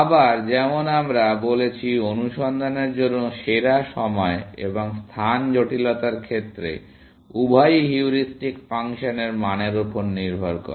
আবার যেমন আমরা বলেছি অনুসন্ধানের জন্য সেরা সময় এবং স্থান জটিলতার ক্ষেত্রে উভয়ই হিউরিস্টিক ফাংশনের মানের উপর নির্ভর করে